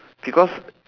because